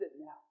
now